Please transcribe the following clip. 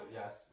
yes